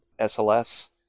SLS